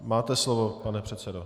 Máte slovo, pane předsedo.